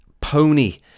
pony